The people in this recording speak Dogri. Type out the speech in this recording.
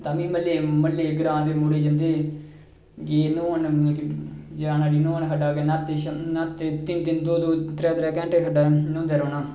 तां प्ही म्हल्ले ग्रांऽ दे मुड़े जंदे हे गे न्हौन जाना ठी खड्डा न्हौन शामी न्हाते तिन तिन दो दो तिन तिन घैंटे खड्डा न्हौंदे रौह्ना